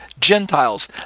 gentiles